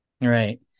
Right